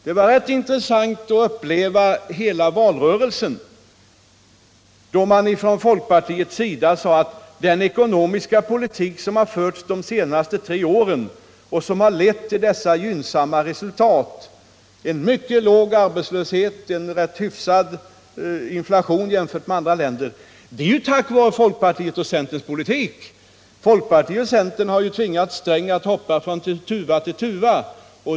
Det var rätt intressant att under hela valrörelsen uppleva folkpartiets påståenden om att den ekonomiska politik som hade förts de senaste tre åren och som hade lett till så gynnsamma resultat — en mycket låg arbetslöshet och en rätt hygglig inflationstakt jämfört med läget i andra länder — var ett resultat av centerns och folkpartiets arbete. Dessa partier hade tvingat Sträng att hoppa från tuva till tuva.